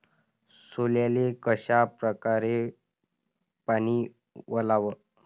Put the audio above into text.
सोल्याले कशा परकारे पानी वलाव?